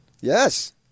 yes